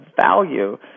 value